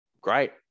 great